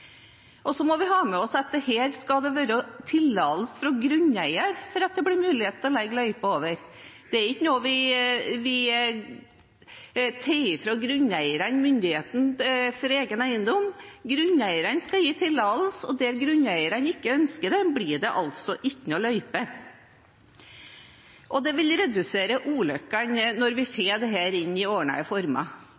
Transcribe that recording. og som er en støy som pågår over tid. Farer det en scooter forbi, er det i et veldig, veldig kort tidsrom. Så må vi ha med oss at det her skal være tillatelse fra grunneier for at det skal bli mulighet til å anlegge løyper. Det er ikke slik at en tar fra grunneierne myndigheten over egen eiendom. Grunneierne skal gi tillatelse, og der grunneierne ikke ønsker det, blir det altså ikke noen løype. Og det vil redusere